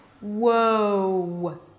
whoa